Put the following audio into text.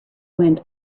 wind